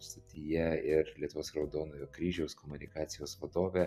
stotyje ir lietuvos raudonojo kryžiaus komunikacijos vadovė